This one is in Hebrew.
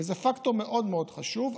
וזה פקטור מאוד מאוד חשוב,